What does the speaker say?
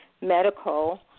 Medical